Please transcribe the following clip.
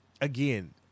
again